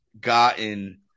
gotten